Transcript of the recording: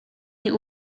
nie